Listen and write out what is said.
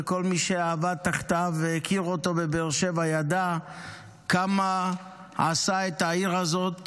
וכל מי שעבד תחתיו והכיר אותו בבאר שבע ידע כמה עשה את העיר הזאת